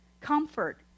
comfort